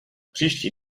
příští